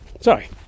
sorry